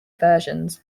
versions